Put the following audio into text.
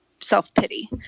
self-pity